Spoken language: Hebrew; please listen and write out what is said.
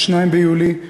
2 ביולי,